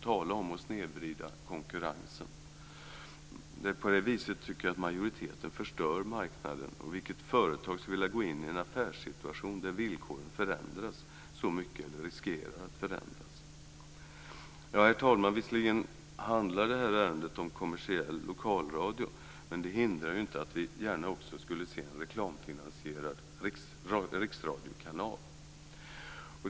Tala om att snedvrida konkurrensen. På detta vis tycker jag att majoriteten förstör marknaden. Och vilket företag skulle vilja gå in i en affärssituation där villkoren förändras eller riskerar att förändras så mycket? Herr talman! Visserligen handlar detta ärende om kommersiell lokalradio. Men det hindrar ju inte att vi gärna också skulle se en reklamfinansierad riksradiokanal.